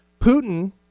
Putin